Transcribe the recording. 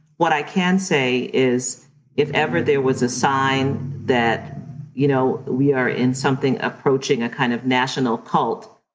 what i can say is if ever there was a sign that you know we are in something approaching a kind of national cult,